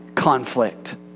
conflict